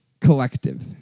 collective